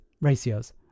ratios